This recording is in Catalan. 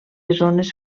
zones